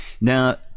Now